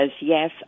yes